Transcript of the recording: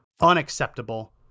unacceptable